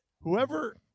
whoever